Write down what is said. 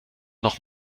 noch